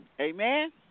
Amen